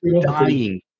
dying